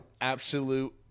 absolute